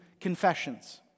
confessions